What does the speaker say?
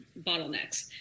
bottlenecks